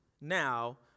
now